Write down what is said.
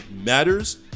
matters